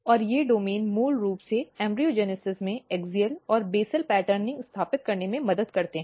और ये डोमेन मूल रूप से भ्रूणजनन में अक्षीय और बेसल पैटर्निंग स्थापित करने में मदद करते हैं